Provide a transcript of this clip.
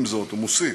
עם זאת, הוא מוסיף,